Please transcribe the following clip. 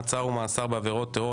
מעצר ומאסר בעבירות טרור),